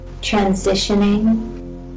transitioning